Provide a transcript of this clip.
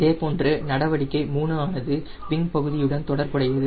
இதேபோன்று நடவடிக்கை 3 ஆனது விங் பகுதியுடன் தொடர்புடையது